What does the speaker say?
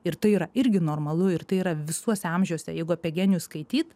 ir tai yra irgi normalu ir tai yra visuose amžiuose jeigu apie genijus skaityt